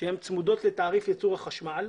שצמודות לתעריף ייצור החשמל,